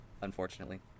unfortunately